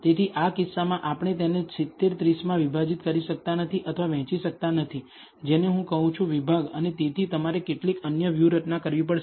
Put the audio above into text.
તેથી આ કિસ્સામાં આપણે તેને 70 30 માં વિભાજિત કરી શકતા નથી અથવા વહેંચી શકતા નથી જેને હું કહું છું વિભાગ અને તેથી તમારે કેટલીક અન્ય વ્યૂહરચના કરવી પડશે